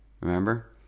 Remember